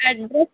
address